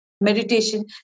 Meditation